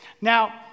Now